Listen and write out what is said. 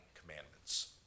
commandments